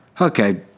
Okay